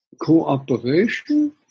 cooperation